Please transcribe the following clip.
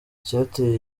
icyateye